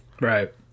Right